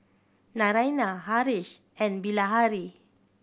Naraina Haresh and Bilahari